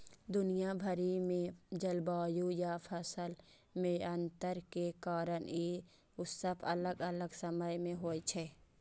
दुनिया भरि मे जलवायु आ फसल मे अंतर के कारण ई उत्सव अलग अलग समय मे होइ छै